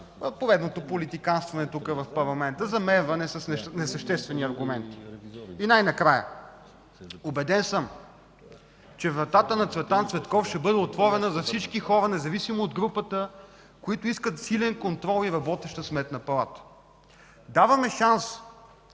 поредното политиканстване тук, в парламента, замерване с несъществени аргументи. И най-накрая: убеден съм, че вратата на Цветан Цветков ще бъде отворена за всички хора, независимо от групата, които искат силен контрол и работеща Сметна палата. Даваме шанс